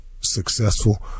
successful